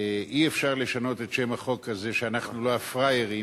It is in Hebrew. אי-אפשר לשנות את שם החוק הזה שאנחנו לא הפראיירים,